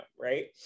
right